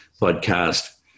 podcast